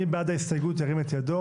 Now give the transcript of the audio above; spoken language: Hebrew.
מי בעד ההסתייגות, ירים את ידו.